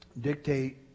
dictate